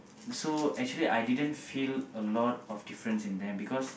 so actually I didn't feel a lot of difference in them because